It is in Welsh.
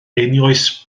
einioes